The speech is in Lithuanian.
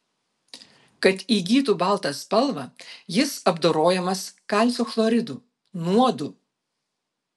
kad įgytų baltą spalvą jis apdorojamas kalcio chloridu nuodu